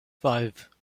five